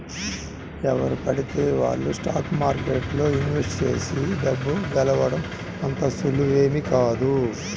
ఎవరు పడితే వాళ్ళు స్టాక్ మార్కెట్లో ఇన్వెస్ట్ చేసి డబ్బు గెలవడం అంత సులువేమీ కాదు